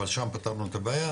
אבל שם פתרנו את הבעיה,